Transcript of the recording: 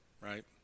right